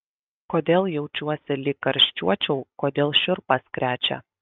kodėl jaučiuosi lyg karščiuočiau kodėl šiurpas krečia